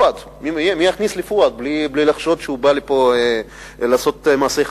מי יכניס לי פואד בלי לחשוד שהוא בא לפה לעשות מעשי חבלה?